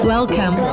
Welcome